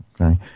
Okay